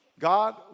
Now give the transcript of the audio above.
God